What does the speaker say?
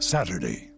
Saturday